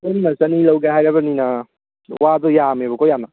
ꯄꯨꯟꯅ ꯆꯅꯤ ꯂꯧꯒꯦ ꯍꯥꯏꯔꯕꯅꯤꯅ ꯋꯥꯗꯣ ꯌꯥꯝꯃꯦꯕꯀꯣ ꯌꯥꯝꯅ